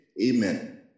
Amen